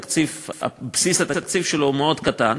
בסיס התקציב שלו מאוד קטן,